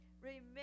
Remember